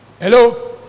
Hello